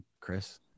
Chris